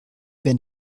wer